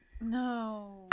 No